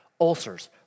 ulcers